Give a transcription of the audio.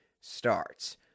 starts